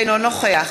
אינו נוכח